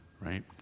right